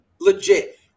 legit